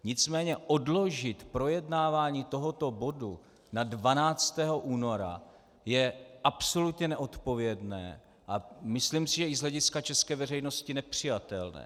Nicméně odložit projednávání tohoto bodu na 12. února je absolutně nezodpovědné a myslím si, že i z hlediska české veřejnosti nepřijatelné.